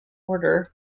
order